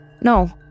No